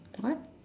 what